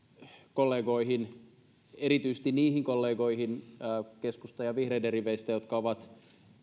kollegoihin erityisesti niihin kollegoihin keskustan ja vihreiden riveistä jotka ovat